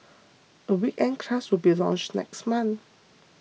a weekend class will be launched next month